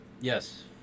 Yes